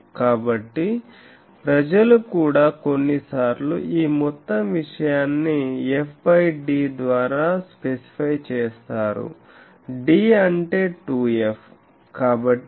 కాబట్టి ప్రజలు కూడా కొన్నిసార్లు ఈ మొత్తం విషయాన్ని f d ద్వారా స్పెసిఫై చేస్తారు d అంటే 2f